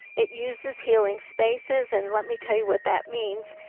it uses healing spaces and let me tell you what that means.